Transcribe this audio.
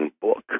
book